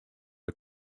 are